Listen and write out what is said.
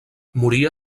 moria